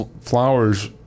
flowers